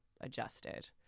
adjusted